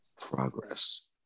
progress